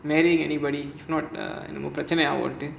marrying anybody if not err பிரச்னையாகும்னு:pirachanaiyaagumnu